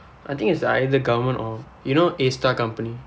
I think is the either government or you know A_STAR company